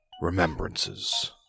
remembrances